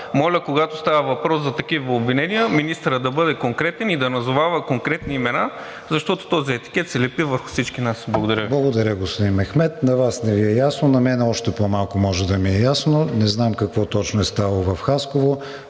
моля, когато става въпрос за такива обвинения, министърът да бъде конкретен и да назовава конкретни имена, защото този етикет се лепи върху всички нас. Благодаря Ви. ПРЕДСЕДАТЕЛ КРИСТИАН ВИГЕНИН: Благодаря Ви, господин Мехмед. На Вас не Ви е ясно – на мен още по-малко може да ми е ясно. Не знам какво точно е ставало в Хасково.